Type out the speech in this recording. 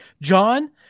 John